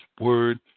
word